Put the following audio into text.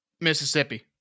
Mississippi